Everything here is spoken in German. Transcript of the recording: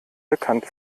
bekannt